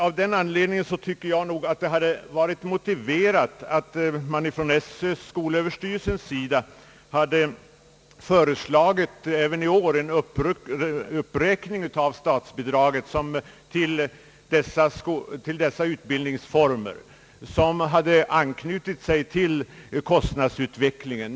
Av den anledningen tycker jag nog att det hade varit motiverat att skolöverstyrelsen även i år hade föreslagit en uppräkning av statsbidraget till dessa utbildningsformer, vilken hade anknutits till kostnadsutvecklingen.